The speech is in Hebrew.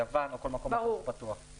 יוון או כל מקום פתוח אחר.